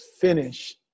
finish